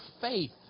faith